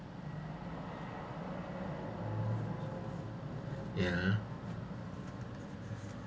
ya ah